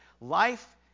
Life